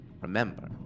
remember